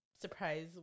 surprise